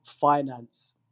finance